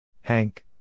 Hank